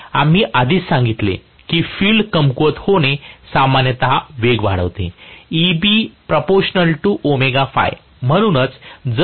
आम्ही आधीच सांगितले आहे की फील्ड कमकुवत होणे सामान्यत वेग वाढवते